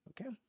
Okay